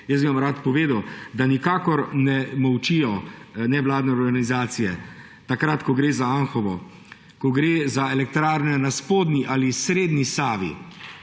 Jaz bi vam rad povedal, da nikakor ne molčijo nevladne organizacije takrat, ko gre za Anhovo, ko gre za elektrarne na spodnji ali srednji Savi,